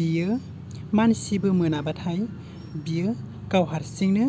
बियो मानसिबो मोनाबाथाय बियो गाव हारसिंनो